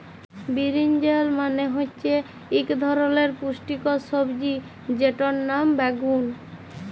বিরিনজাল মালে হচ্যে ইক ধরলের পুষ্টিকর সবজি যেটর লাম বাগ্যুন